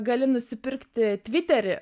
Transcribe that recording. gali nusipirkti tviterį